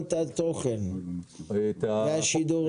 רפורמת התוכן והשידורים?